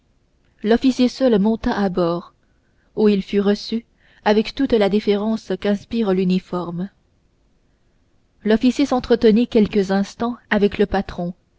l'officier seul monta à bord où il fut reçu avec toute la déférence qu'inspire l'uniforme l'officier s'entretint quelques instants avec le patron